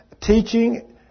teaching